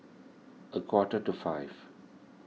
a quarter to five